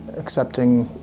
accepting,